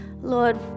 Lord